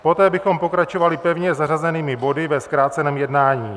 Poté bychom pokračovali pevně zařazenými body ve zkráceném jednání.